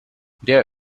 their